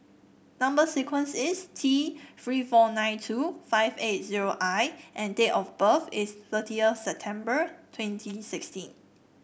number sequence is T Three four nine two five eight zero I and date of birth is thirtieth September twenty sixteen